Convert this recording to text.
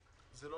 זה לא